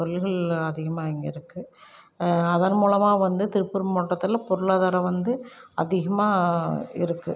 தொழில்கள் அதிகமாக இங்கே இருக்குது அதன் மூலமாக வந்து திருப்பூர் மாவட்டத்தில் பொருளாதாரம் வந்து அதிகமாக இருக்குது